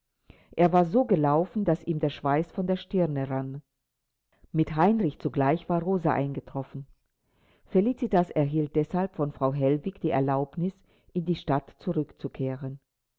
er war so gelaufen daß ihm der schweiß von der stirne rann mit heinrich zugleich war rosa eingetroffen felicitas erhielt deshalb von frau hellwig die erlaubnis in die stadt zurückzukehren